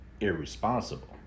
irresponsible